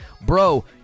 bro